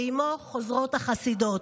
/ ועימו חוזרות החסידות".